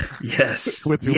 Yes